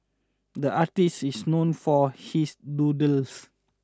the artist is known for his doodles